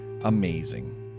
amazing